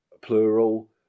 plural